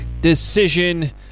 decision